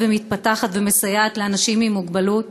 ומתפתחת ומסייעת לאנשים עם מוגבלות.